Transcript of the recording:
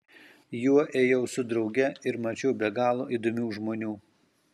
juo ėjau su drauge ir mačiau be galo įdomių žmonių